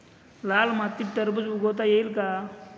लाल मातीत टरबूज उगवता येईल का?